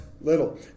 little